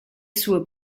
sue